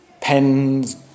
pens